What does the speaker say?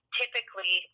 typically